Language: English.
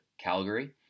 Calgary